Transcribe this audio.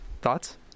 thoughts